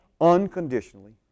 unconditionally